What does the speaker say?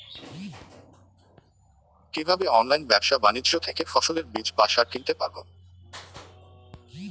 কীভাবে অনলাইন ব্যাবসা বাণিজ্য থেকে ফসলের বীজ বা সার কিনতে পারবো?